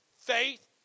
Faith